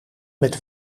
met